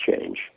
change